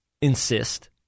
insist